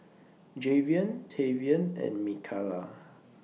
Javion Tavian and Mikalah